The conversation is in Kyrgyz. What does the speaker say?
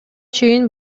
чейин